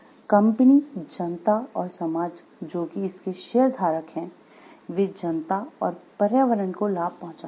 company जनता और समाज जो कि इसके शेयरधारक हैं वे जनता और पर्यावरण को लाभ पहुंचाते है